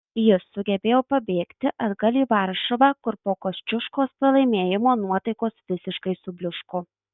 jis sugebėjo pabėgti atgal į varšuvą kur po kosciuškos pralaimėjimo nuotaikos visiškai subliūško